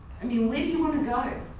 i mean where do you want to go?